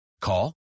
Call